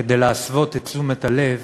כדי להסיט את תשומת הלב